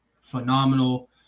phenomenal